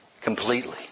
completely